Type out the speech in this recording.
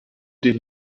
den